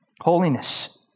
Holiness